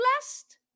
blessed